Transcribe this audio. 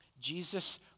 Jesus